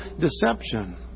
deception